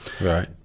Right